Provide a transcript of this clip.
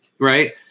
right